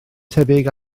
tebyg